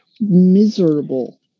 Miserable